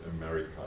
America